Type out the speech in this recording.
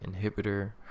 inhibitor